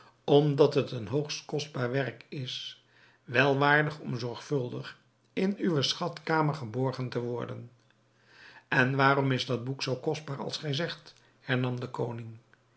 omdat het een hoogst kostbaar werk is wel waardig om zorgvuldig in uwe schatkamer geborgen te worden en waarom is dat boek zoo kostbaar als gij zegt hernam de koning